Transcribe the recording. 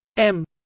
m.